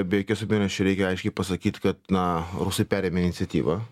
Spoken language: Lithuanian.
be jokios abejonės čia reikia aiškiai pasakyt kad na rusai perėmė iniciatyvą